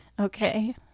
Okay